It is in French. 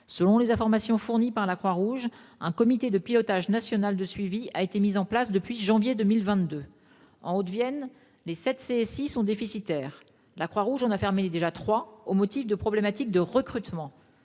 Selon les informations fournies par la Croix-Rouge, un comité de pilotage national de suivi a été mis en place en janvier 2022. En Haute-Vienne, les sept CSI sont déficitaires. La Croix-Rouge en a déjà fermé trois, au motif de problématiques de recrutement.